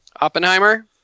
Oppenheimer